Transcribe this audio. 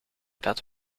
dat